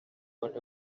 what